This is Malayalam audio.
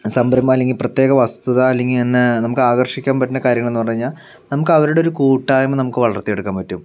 സംരംഭം അല്ലെങ്കിൽ പ്രത്യേക വസ്തുത അല്ലെങ്കിൽ ന്നെ ആകർഷിക്കാൻ പറ്റുന്ന കാര്യങ്ങൾ എന്നു പറഞ്ഞു കഴിഞ്ഞാൽ നമുക്ക് അവരുടെ ഒരു കൂട്ടായ്മ നമുക്ക് വളർത്തിയെടുക്കാൻ പറ്റും